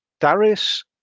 Darius